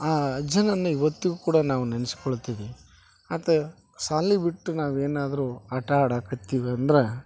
ಆ ಅಜ್ಜನನ್ನು ಇವತ್ತಿಗು ಕೂಡ ನಾವು ನೆನೆಸ್ಕೊಳ್ತಿವಿ ಆತ ಶಾಲಿ ಬಿಟ್ಟು ನಾವೇನಾದರು ಆಟ ಆಡಕತ್ತೇವಿ ಅಂದ್ರೆ